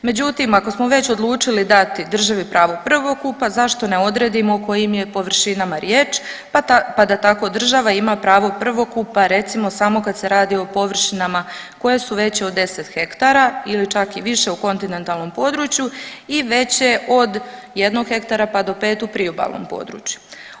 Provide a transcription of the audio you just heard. Međutim, ako smo već odlučili dati državi pravo prvokupa zašto ne odredimo o kojim je površinama riječ, pa da tako država ima pravo prvokupa recimo samo kad se radi o površinama koje su veće od 10 hektara ili čak i više u kontinentalnom području i veće od jednog hektara, pa do 5 u priobalnom području.